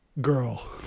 girl